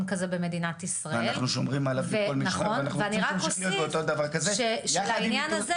כזה במדינת ישראל ואני רק אוסיף שלעניין הזה